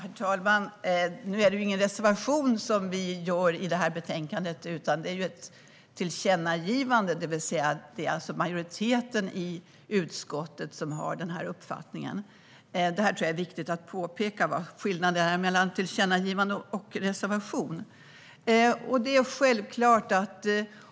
Herr talman! Nu är detta ingen reservation i betänkandet; det är ett tillkännagivande. Majoriteten i utskottet har alltså denna uppfattning. Jag tror att det är viktigt att påpeka skillnaden mellan ett tillkännagivande och en reservation.